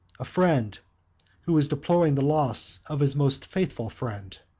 a friend who is deploring the loss of his most faithful friend.